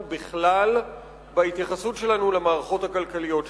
בכלל בהתייחסות שלנו למערכות הכלכליות שלנו.